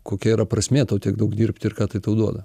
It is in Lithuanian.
kokia yra prasmė tau tiek daug dirbti ir ką tai tau duoda